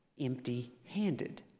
empty-handed